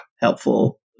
helpful